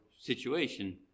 situation